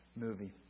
movie